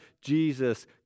Jesus